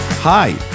Hi